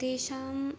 तेषां